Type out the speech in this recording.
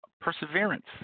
perseverance